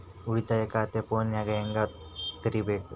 ಉಳಿತಾಯ ಖಾತೆ ಫೋನಿನಾಗ ಹೆಂಗ ತೆರಿಬೇಕು?